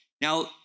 Now